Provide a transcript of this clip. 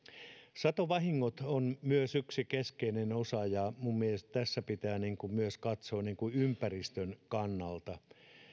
satovahingot on myös yksi keskeinen osa ja mielestäni tässä pitää myös katsoa ympäristön kannalta